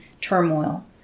turmoil